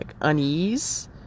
unease